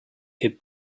hid